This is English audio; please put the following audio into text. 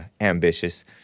ambitious